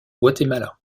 guatemala